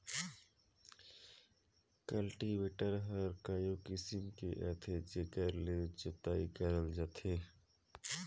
cultivator हर कयो किसम के आथे जेकर ले जोतई करल जाथे